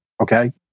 okay